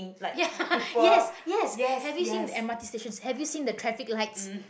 ya yes yes have you seen the m_r_t stations have you seen the traffic lights